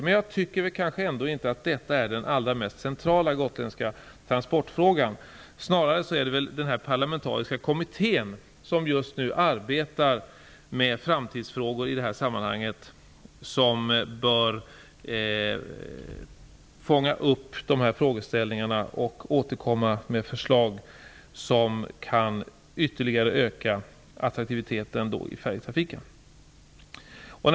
Men jag tycker inte att detta är den allra mest centrala gotländska transportfrågan. Den parlamentariska kommitté som just nu arbetar med framtidsfrågorna i detta sammanhang bör fånga upp dessa frågeställningar och återkomma med förslag som kan ytterligare öka färjetrafikens attraktivitet.